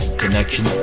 connection